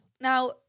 Now